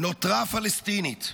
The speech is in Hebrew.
נותרה פלסטינית,